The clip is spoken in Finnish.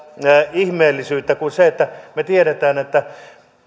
ihmeellisyyttä kuin se että me tiedämme